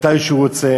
מתי שהוא רוצה.